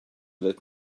let